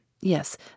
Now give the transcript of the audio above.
yes